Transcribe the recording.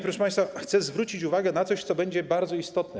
Proszę państwa, chcę zwrócić uwagę na coś, co będzie bardzo istotne.